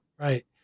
Right